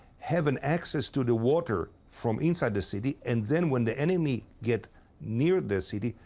have an access to the water from inside the city, and then when the enemy get near the city,